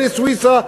אלי סויסה,